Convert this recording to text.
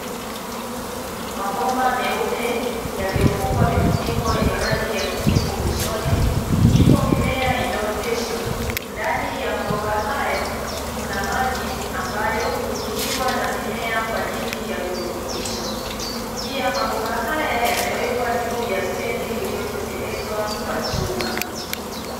Mabomba meupe yaliyofungwa mifuniko yenye rangi ya kijivu mwishoni, ipo mimea imeoteshwa. Ndani ya maboma hayo kuna maji ambayo hutumiwa na mimea kwa ajili ya virutubusho. Pia mabomba haya yamewekwa juu ya stendi iliyotengenezwa kwa chuma.